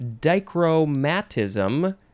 dichromatism